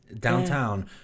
downtown